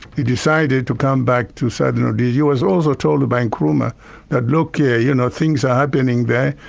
he decided to come back to southern rhodesia, he was also told by nkrumah that look here, you know things are happening there,